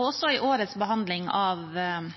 Også i årets behandling av